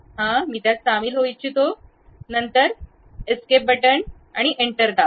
मी त्यात सामील होऊ इच्छितो नंतर पळा एंटर दाबा